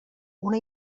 una